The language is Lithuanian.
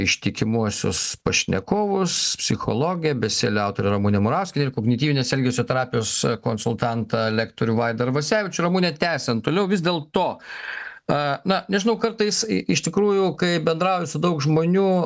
ištikimuosius pašnekovus psichologę bestselerio autorę ramunę murauskienę kognityvinės elgesio terapijos konsultantą lektorių vaida arvasevičių ramune tęsiant toliau vis dėlto na nežinau kartais iš tikrųjų kai bendrauji su daug žmonių